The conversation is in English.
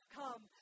come